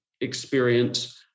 experience